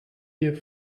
wir